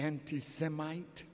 anti semite